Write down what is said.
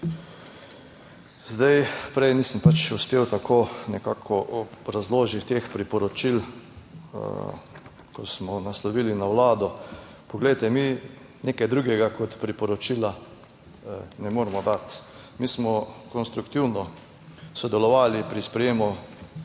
Zdaj, prej nisem pač uspel tako nekako obrazložiti teh priporočil, ko smo naslovili na Vlado. Poglejte, mi nekaj drugega kot priporočila ne moremo dati. Mi smo konstruktivno sodelovali pri sprejemu